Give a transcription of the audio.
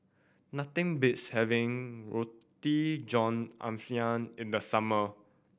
nothing beats having Roti John Ayam in the summer